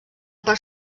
part